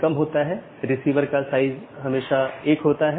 संदेश भेजे जाने के बाद BGP ट्रांसपोर्ट कनेक्शन बंद हो जाता है